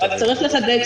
אבל צריך לחדד,